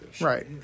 Right